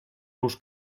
los